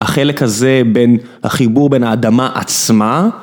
החלק הזה בין החיבור בין האדמה עצמה.